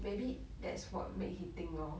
maybe that's what made him think lor